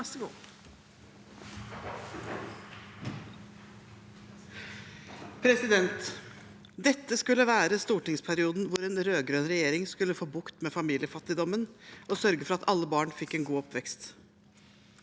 Dette skulle være stor- tingsperioden hvor en rød-grønn regjering skulle få bukt med familiefattigdommen og sørge for at alle barn fikk en god oppvekst.